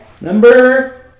Number